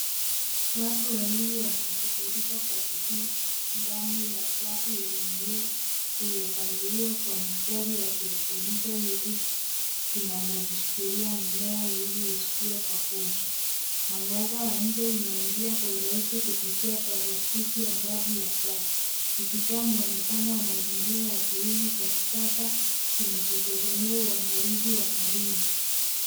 Watu wawiili wanaoshughulika kwa bidii ndani ya chafu yenye mimea iliyopangiliwa kwa mistari, wakirekebisha nyuzi zinazojishikilia mimea ili isikue kwa fujo. Mwangaza wa nje unaingia kwa urahisi kupitia palastiki angavu ya paa, ukitoa muonekano wa mazingira ya kilimo cha kisasa kinachotegemea kwa uangalizi wa karibu.